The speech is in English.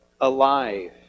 alive